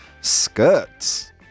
skirts